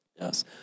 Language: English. Yes